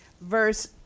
Verse